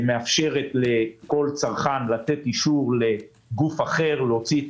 שמאפשרת לכל צרכן לתת אישור לגוף אחר להוציא את